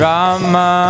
Rama